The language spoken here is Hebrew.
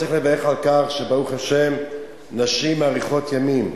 צריך לברך על כך שברוך השם נשים מאריכות ימים.